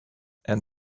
and